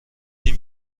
این